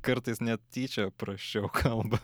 kartais net tyčia prasčiau kalba